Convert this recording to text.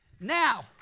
Now